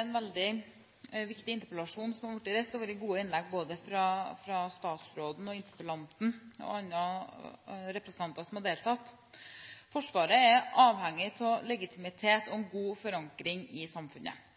en veldig viktig interpellasjon som har blitt reist, og det har vært gode innlegg fra både statsråden, interpellanten og andre representanter som har deltatt. Forsvaret er avhengig av legitimitet og en god forankring i samfunnet.